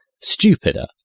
stupider